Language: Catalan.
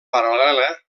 paral·lela